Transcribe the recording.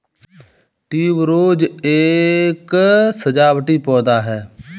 tuberose एक सजावटी पौधा है